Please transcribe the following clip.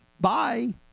Bye